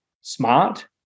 smart